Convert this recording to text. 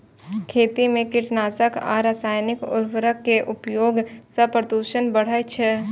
खेती मे कीटनाशक आ रासायनिक उर्वरक के उपयोग सं प्रदूषण बढ़ै छै